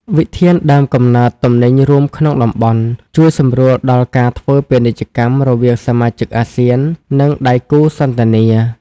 វិធានដើមកំណើតទំនិញរួមក្នុងតំបន់ ជួយសម្រួលដល់ការធ្វើពាណិជ្ជកម្មរវាងសមាជិកអាស៊ាន និងដៃគូសន្ទនា។